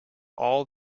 all